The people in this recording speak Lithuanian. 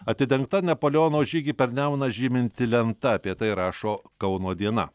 atidengta napoleono žygį per nemuną žyminti lenta apie tai rašo kauno diena